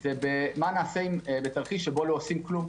זה מה נעשה בתרחיש שבו לא עושים כלום,